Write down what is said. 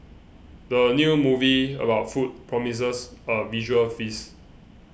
the new movie about food promises a visual feast